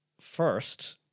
first